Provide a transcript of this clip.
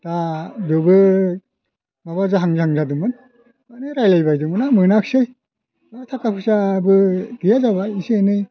दा बेवबो माबा जाहां जाहां जादोंमोन मानि रायलायबायदोंमोन आं मोनाख्सै मा थाखा फैसाबो गैया जाबाय एसे एनै